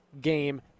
game